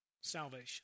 salvation